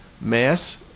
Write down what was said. mass